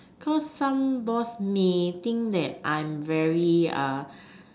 so some boss may think that I'm very